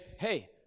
hey